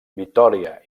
vitòria